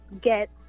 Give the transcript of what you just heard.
get